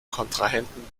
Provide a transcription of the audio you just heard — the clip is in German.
kontrahenten